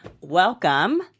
welcome